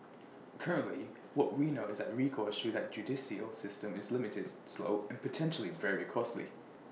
currently what we know is that recourse through that judicial system is limited slow and potentially very costly